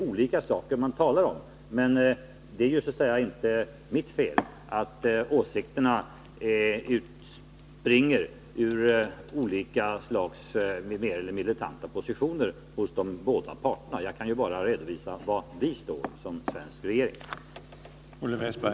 Det är inte mitt fel att åsikterna springer fram ur olika slags mer eller mindre militanta positioner hos de båda parterna. Jag kan bara redovisa var den svenska regeringen står.